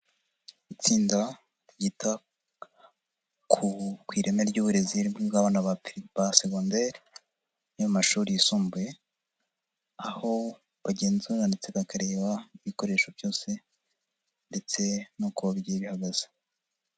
Itsinda ryita ku ireme ry'uburezi bw'abana ba secondaire yo mu mashuri yisumbuye, aho bagenzura ndetse bakareba ibikoresho byose ndetse n'uko bigiye bihagaze.